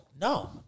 No